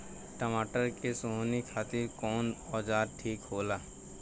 टमाटर के सोहनी खातिर कौन औजार ठीक होला?